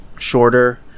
shorter